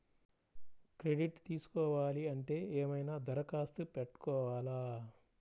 Credit తీసుకోవాలి అంటే ఏమైనా దరఖాస్తు పెట్టుకోవాలా?